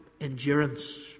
endurance